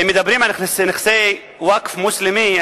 מדברים על נכסי ווקף מוסלמי,